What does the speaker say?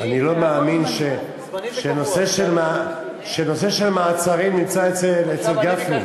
אני לא מאמין שהנושא של המעצרים נמצא אצל גפני.